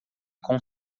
com